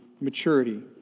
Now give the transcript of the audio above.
maturity